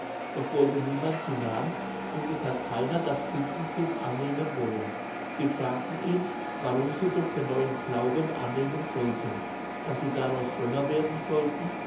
doch wollte niemand hinan und es hat keiner das christentum annehmen wollen sie fragten ihn warum sie doch den neuen glauben annehmen sollten daß sie daraus frömmer werden sollten